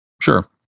Sure